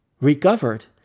recovered